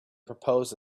proposed